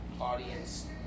audience